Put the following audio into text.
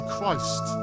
Christ